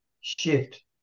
shift